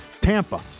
Tampa